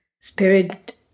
spirit